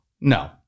No